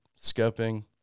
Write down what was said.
scoping